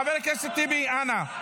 חבר הכנסת טיבי, אנא.